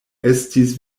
estis